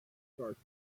starch